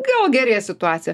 gal gerės situacija